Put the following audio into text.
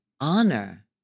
honor